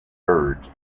birds